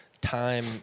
time